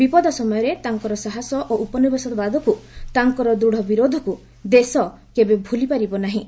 ବିପଦ ସମୟରେ ତାଙ୍କର ସାହସ ଓ ଉପନିବେଶବାଦକୁ ତାଙ୍କର ଦୃଢ଼ ବିରୋଧକୁ ଦେଶ କେବେ ଭୁଲିପାରିବ ନାହିଁ